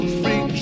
free